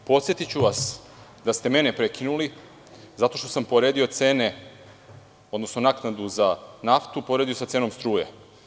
Podsetiću vas da ste mene prekinuli zato što sam poredio cene, odnosno naknadu za naftu sa cenom struje.